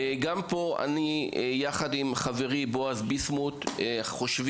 גם פה אני ביחד עם חברי בועז ביסמוט חושבים